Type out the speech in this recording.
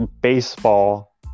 baseball